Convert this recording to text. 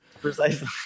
Precisely